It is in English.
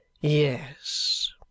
Yes